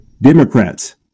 Democrats